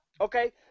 Okay